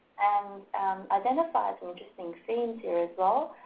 and identified some interesting things here as well.